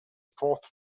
fourth